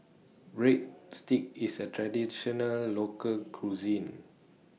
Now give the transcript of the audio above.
Breadsticks IS A Traditional Local Cuisine